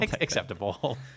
Acceptable